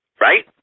right